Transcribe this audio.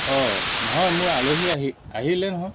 অঁ নহয় মোৰ আলহী আহি আহিলে নহয়